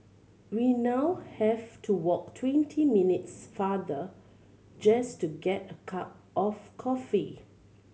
we now have to walk twenty minutes farther just to get a cup of coffee